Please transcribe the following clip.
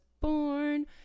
born